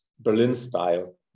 Berlin-style